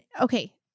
okay